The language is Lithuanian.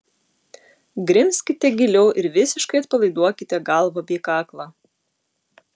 grimzkite giliau ir visiškai atpalaiduokite galvą bei kaklą